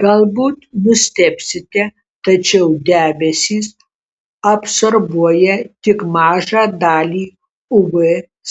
galbūt nustebsite tačiau debesys absorbuoja tik mažą dalį uv